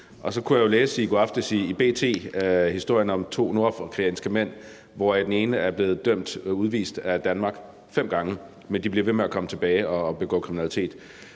Jeg kunne i går aftes i B.T. læse historien om to nordafrikanske mænd, hvoraf den ene er blevet dømt til udvisning af Danmark fem gange, men de bliver ved med at komme tilbage og begå kriminalitet.